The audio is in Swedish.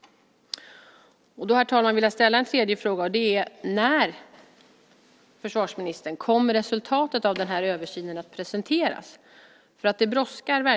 Herr talman! Jag vill ställa en tredje fråga: När kommer resultatet av översynen att presenteras? Det brådskar.